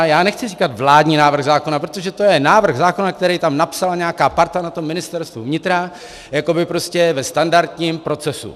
Já nechci říkat vládní návrh zákona, protože to je návrh zákona, který tam napsala nějaká parta na tom Ministerstvu vnitra jakoby prostě ve standardním procesu.